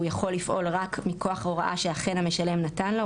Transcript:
יכול לפעול רק מכוח הוראה שאכן המשלם נתן לו.